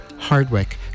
Hardwick